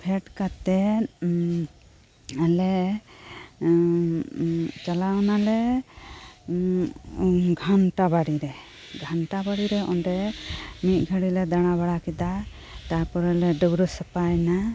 ᱯᱷᱮᱰ ᱠᱟᱛᱮᱡ ᱟᱞᱮ ᱪᱟᱞᱟᱣᱮᱱᱟᱞᱮ ᱜᱷᱟᱱᱴᱟ ᱵᱟᱲᱤᱨᱮ ᱜᱷᱟᱱᱴᱟ ᱵᱟᱲᱤᱨᱮ ᱚᱸᱰᱮ ᱢᱤᱫᱜᱷᱟᱲᱤᱞᱮ ᱫᱟᱬᱟ ᱵᱟᱲᱟᱠᱮᱫᱟ ᱛᱟᱨᱯᱚᱨᱮᱞᱮ ᱰᱟᱹᱵᱨᱟᱹ ᱥᱟᱯᱷᱟᱭᱮᱱᱟ